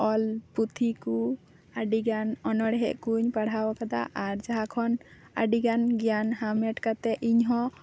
ᱚᱞ ᱯᱩᱛᱷᱤ ᱠᱚ ᱟᱹᱰᱤᱜᱟᱱ ᱚᱱᱬᱦᱮ ᱠᱚᱧ ᱯᱟᱲᱦᱟᱣ ᱠᱟᱫᱟ ᱟᱨ ᱡᱟᱦᱟᱸ ᱠᱷᱚᱱ ᱟᱹᱰᱤᱜᱟᱱ ᱜᱮᱭᱟᱱ ᱦᱟᱢᱮᱴ ᱠᱟᱛᱮᱫ ᱤᱧ ᱦᱚᱸ